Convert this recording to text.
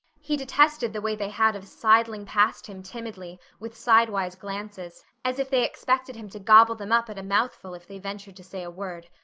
he detested the way they had of sidling past him timidly, with sidewise glances, as if they expected him to gobble them up at a mouthful if they ventured to say a word.